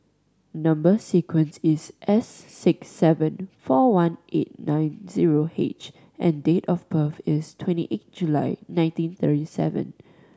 number sequence is S six seven four one eight nine zero H and date of birth is twenty eight July nineteen thirty seven